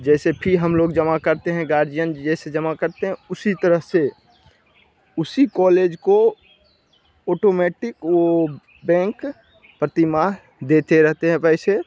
जैसे फी हम लोग जमा करते हैं गार्जियन जैसे जमा करते हैं उसी तरह से उसी कॉलेज को ऑटोमेटिक वो बैंक प्रतिमाह देते रहते हैं पैसे